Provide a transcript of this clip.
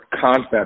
concept